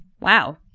Wow